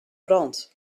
brand